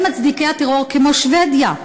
ומצדיקי הטרור, כמו שבדיה,